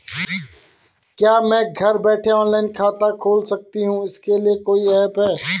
क्या मैं घर बैठे ऑनलाइन खाता खोल सकती हूँ इसके लिए कोई ऐप है?